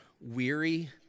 weary